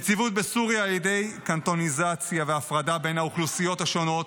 יציבות בסוריה על ידי קנטוניזציה והפרדה בין האוכלוסיות השונות,